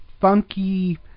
funky